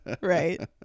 Right